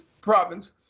province